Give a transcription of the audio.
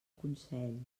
consell